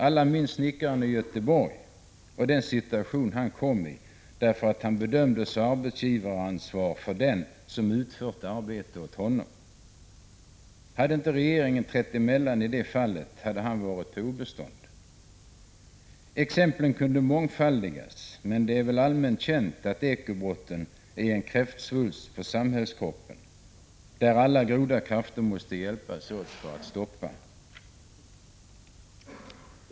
Alla minns snickaren i Göteborg och den situation han kom i därför att han bedömdes ha arbetsgivaransvar för den som utfört arbete åt honom. Om inte regeringen trätt emellan i det fallet hade den här personen varit på obestånd. Exemplen kunde mångfaldigas, men det är väl allmänt känt att ekobrotten är en kräftsvulst på samhällskroppen. Här måste alla goda krafter hjälpas åt.